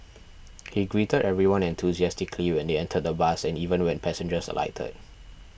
he greeted everyone enthusiastically when they entered the bus and even when passengers alighted